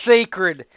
Sacred